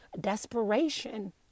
desperation